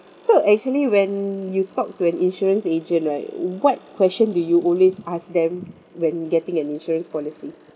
so actually when you talk to an insurance agent right what question do you always ask them when getting an insurance policy